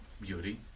beauty